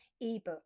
ebook